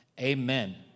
amen